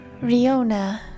Riona